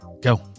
go